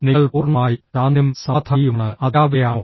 നിങ്ങൾ പൂർണ്ണമായും ശാന്തനും സമാധാനിയുമാണ് അതിരാവിലെയാണോ